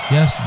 Yes